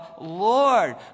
Lord